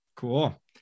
Cool